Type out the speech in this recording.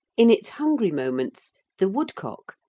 in its hungry moments the woodcock,